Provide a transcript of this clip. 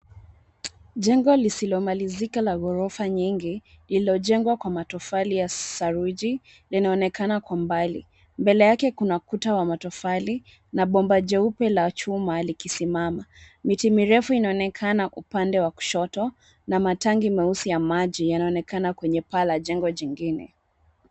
Jengo lisilomalizika la ghorofa nyingi, lililojengwa kwa matofali ya saruji, linaonekana kwa mbali. Mbele yake kuna kuta wa matofali, na bomba jeupe la chuma likisimama. Miti mirefu inaonekana upande wa kushoto, na matangi meusi ya maji yanaonekana kwenye paa la jengo jingine.